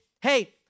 hey